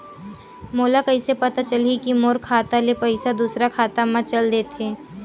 मोला कइसे पता चलही कि मोर खाता ले पईसा दूसरा खाता मा चल देहे?